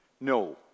No